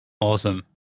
awesome